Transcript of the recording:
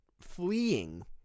fleeing